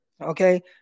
okay